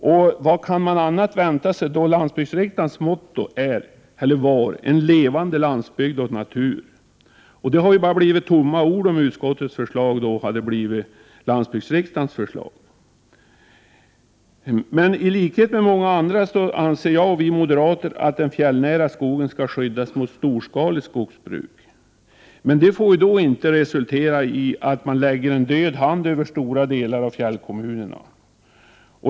Kunde man vänta sig något annat då landsbygdsriksdagens motto var en levande landsbygd och natur. Hade utskottsförslaget blivit landsbygdsriksdagens förslag hade ju detta motto bara blivit tomma ord. I likhet med många andra anser vi moderater att den fjällnära skogen skall skyddas mot storskaligt skogsbruk. Detta får då inte resultera i att det läggs en död hand över stora delar av fjällkommunerna.